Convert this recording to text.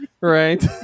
Right